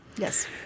Yes